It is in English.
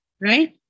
right